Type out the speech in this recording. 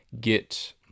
get